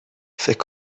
فکر